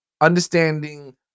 Understanding